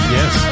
Yes